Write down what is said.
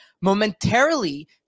momentarily